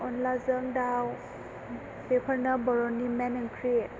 अनला जों दाव बेफोरनो बर'नि मेन ओंख्रि